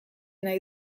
nahi